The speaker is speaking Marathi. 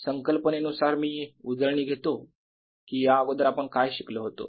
संकल्पनेनुसार मी उजळणी घेतो कि या अगोदर आपण काय शिकलो होतो